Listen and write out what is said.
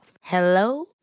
Hello